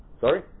sorry